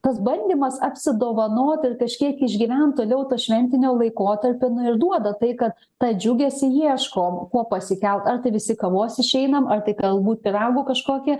tas bandymas apsidovanot ir kažkiek išgyvent toliau šventiniu laikotarpiu na ir duoda tai kad tą džiugesį ieškom kuo pasikelt ar tai visi kavos išeinam ar tai galbūt pyragų kažkokį